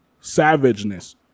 savageness